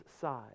side